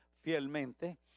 fielmente